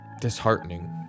disheartening